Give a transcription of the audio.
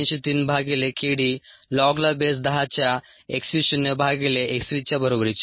303 भागिले k d log ला base 10 च्या x v शून्य भागिले x v च्या बरोबरीचे आहे